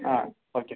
ஆ okay